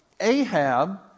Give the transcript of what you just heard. Ahab